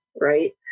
Right